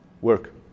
work